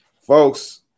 Folks